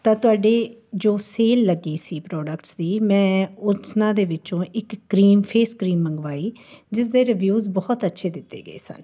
ਤਾਂ ਤੁਹਾਡੇ ਜੋ ਸੇਲ ਲੱਗੀ ਸੀ ਪ੍ਰੋਡਕਟਸ ਦੀ ਮੈਂ ਉਸ ਨਾ ਦੇ ਵਿੱਚੋਂ ਇੱਕ ਕਰੀਮ ਫੇਸ ਕਰੀਮ ਮੰਗਵਾਈ ਜਿਸ ਦੇ ਰਵਿਊਜ ਬਹੁਤ ਅੱਛੇ ਦਿੱਤੇ ਗਏ ਸਨ